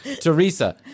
Teresa